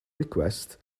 request